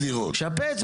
אשפץ.